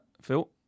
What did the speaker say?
Phil